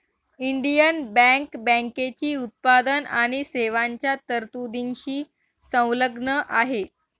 Indian bank बँकेची उत्पादन आणि सेवांच्या तरतुदींशी संलग्न आहे